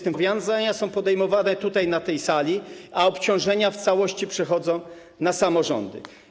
Te zobowiązania są podejmowane tutaj, na tej sali, a obciążenia w całości przechodzą na samorządy.